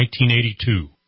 1982